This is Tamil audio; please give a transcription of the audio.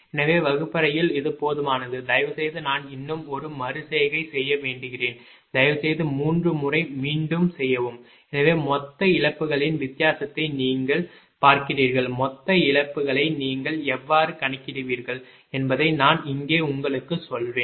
எனவே வகுப்பறையில் இது போதுமானது தயவுசெய்து நான் இன்னும் ஒரு மறு செய்கை செய்ய வேண்டுகிறேன் தயவுசெய்து 3 முறை மீண்டும் செய்யவும் எனவே மொத்த இழப்புகளின் வித்தியாசத்தை நீங்கள் பார்க்கிறீர்கள் மொத்த இழப்புகளை நீங்கள் எவ்வாறு கணக்கிடுவீர்கள் என்பதை நான் இங்கே உங்களுக்குச் சொல்வேன்